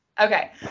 Okay